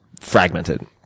fragmented